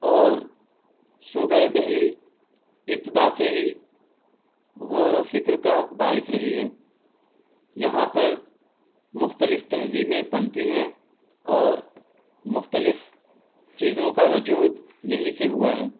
اور صوبۂ دہلی ابتدا سے ہی غور و فکر کا باعث رہی ہے یہاں پر مختلف تہذیبیں پنپی ہیں اور مختلف چیزوں کا وجود یہیں سے ہوا ہے